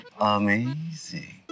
Amazing